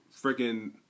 freaking